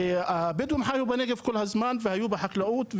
והבדואים חיו בנגב כל הזמן והיו בחקלאות,